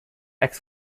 asked